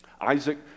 Isaac